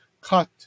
cut